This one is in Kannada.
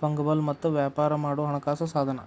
ಫಂಗಬಲ್ ಮತ್ತ ವ್ಯಾಪಾರ ಮಾಡೊ ಹಣಕಾಸ ಸಾಧನ